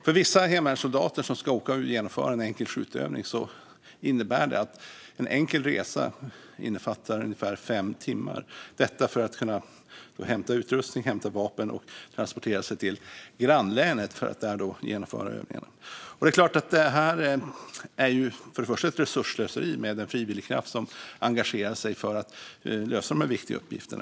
För vissa hemvärnssoldater som ska åka och genomföra en enkel skjutövning betyder det att en enkel resa tar ungefär fem timmar - detta för att hämta utrustning och vapen och transportera sig till grannlänet för att där genomföra övningen. Det är klart att detta för det första är ett resursslöseri med en frivillig kraft som engagerar sig för att lösa dessa viktiga uppgifter.